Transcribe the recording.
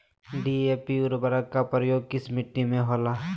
DAP उर्वरक का प्रयोग किस मिट्टी में होला?